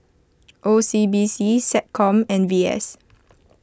O C B C SecCom and V S